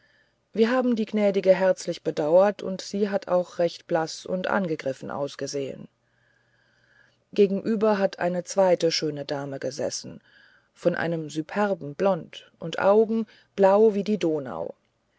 wir haben die gnädige herzlich bedauert und sie hat auch recht blaß und angegriffen ausgesehen gegenüber hat eine zweite schöne dame gesessen von einem süperben blond und augen blau wie die donau